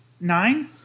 nine